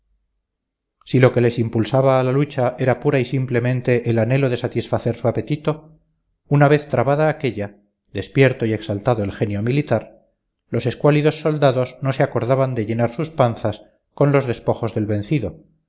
si lo que les impulsaba a la lucha era pura y simplemente el anhelo de satisfacer su apetito una vez trabada aquella despierto y exaltado el genio militar los escuálidos soldados no se acordaban de llenar sus panzas con los despojos del vencido